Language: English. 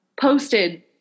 Posted